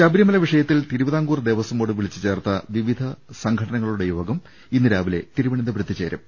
ശബരിമല വിഷയത്തിൽ തിരുവിതാംകൂർ ദേവസ്വം ബോർഡ് വിളിച്ച് ചേർത്ത വിവിധ സംഘടനകളുടെ യോഗം ഇന്ന് രാവിലെ തിരുവനന്തപുരത്ത് ചേരും